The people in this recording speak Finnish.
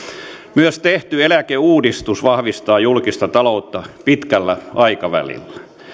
myös tehty eläkeuudistus vahvistaa julkista taloutta pitkällä aikavälillä